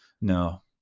No